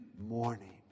morning